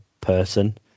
person